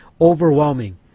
Overwhelming